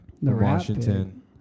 Washington